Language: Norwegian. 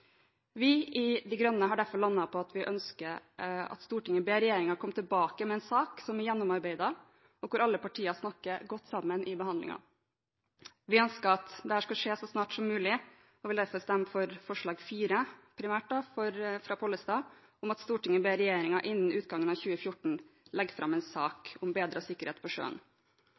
Vi i Miljøpartiet De Grønne har derfor landet på at vi ønsker at Stortinget ber regjeringen komme tilbake med en sak som er gjennomarbeidet, og hvor alle partier snakker godt sammen under behandlingen. Vi ønsker at dette skal skje så snart som mulig, og vil derfor primært stemme for forslag nr. 4 – fremmet av Pollestad på vegne av Arbeiderpartiet, Kristelig Folkeparti, Senterpartiet og Venstre – om at Stortinget ber regjeringen innen utgangen av 2014 legge fram en sak «om bedret sikkerhet på